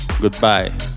Goodbye